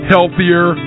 Healthier